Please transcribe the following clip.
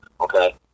Okay